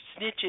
snitches